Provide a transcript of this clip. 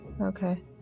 okay